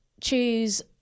choose